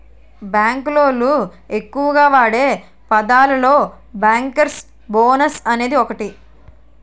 bank లోళ్ళు ఎక్కువగా వాడే పదాలలో బ్యేంకర్స్ బోనస్ అనేది ఒకటి